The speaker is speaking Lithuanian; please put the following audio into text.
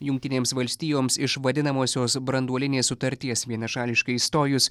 jungtinėms valstijoms iš vadinamosios branduolinės sutarties vienašališkai išstojus